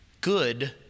Good